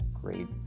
great